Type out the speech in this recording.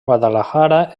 guadalajara